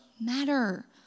matter